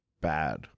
bad